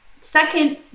Second